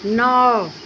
नौ